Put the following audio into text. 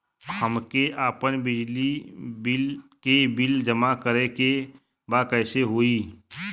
हमके आपन बिजली के बिल जमा करे के बा कैसे होई?